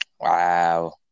Wow